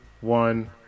one